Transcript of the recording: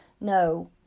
No